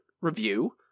review